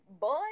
boy